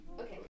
Okay